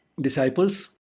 disciples